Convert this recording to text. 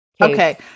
Okay